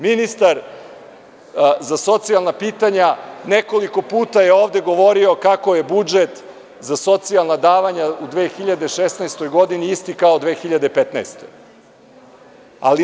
Ministar za socijalna pitanja nekoliko puta je ovde govorio kako je budžet za socijalna davanja u 2016. godini isti kao i u 2015. godini.